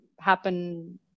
happen